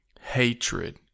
hatred